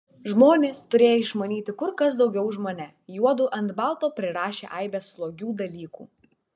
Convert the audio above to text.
žmonės turėję išmanyti kur kas daugiau už mane juodu ant balto prirašė aibes slogių dalykų